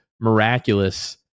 miraculous